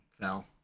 fell